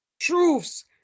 truths